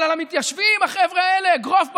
אבל על המתיישבים, החבר'ה האלה, אגרוף ברזל.